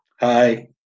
Hi